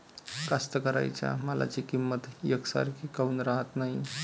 कास्तकाराइच्या मालाची किंमत यकसारखी काऊन राहत नाई?